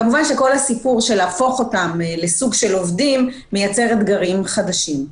כמובן שכל הסיפור של להפוך אותם לסוג של עובדים מייצר אתגרים חדשים.